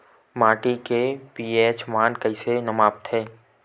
माटी के पी.एच मान कइसे मापथे?